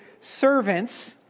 servants